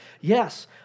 Yes